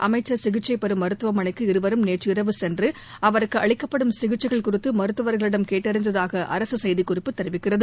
அமைச்சர் சிகிச்சை பெறும் மருத்துவமனைக்கு இருவரும் நேற்றிரவு சென்று அவருக்கு அளிக்கப்படும் சிகிச்சைகள் குறித்து மருத்துவர்களிடம் கேட்டறிந்ததாக அரசு செய்திக்குறிப்பு தெரிவிக்கிறது